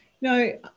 No